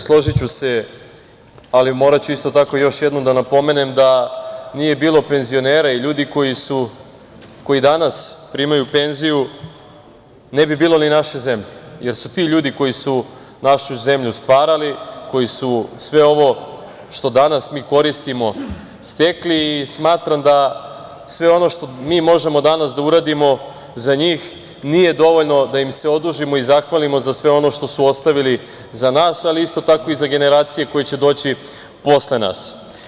Složiću se, ali moraću isto tako još jednom da napomenem da nije bilo penzionera i ljudi koji danas primaju penziju, ne bi bilo ni naše zemlje, jer su ti ljudi koji su našu zemlju stvarali, koji su sve ovo što danas mi koristimo stekli i smatram sve ono što mi možemo danas da uradimo za njih nije dovoljno da im se odužimo i zahvalimo za sve ono što su ostavili za nas, ali isto tako i za generacije koje će doći posle nas.